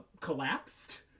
collapsed